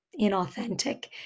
inauthentic